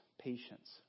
patience